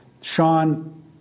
Sean